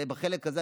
בחלק הזה,